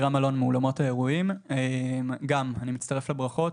אני גם מצטרף לברכות,